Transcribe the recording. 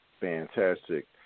fantastic